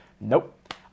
nope